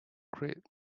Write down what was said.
creed